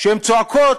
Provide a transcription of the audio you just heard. הן צועקות: